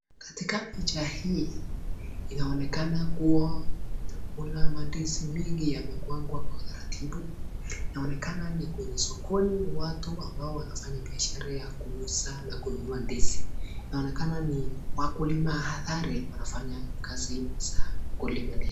Katika picha hii inaonekana kuwa kuna mandizi mingi yamepangwa kwa utaratibu. Inaonekana ni kwenye sokoni watu ambao wanafanya biashara ya kuuza na kununua ndizi. Inaonekana ni wakulima hodari wanafanya kazi za ukulima vizuri.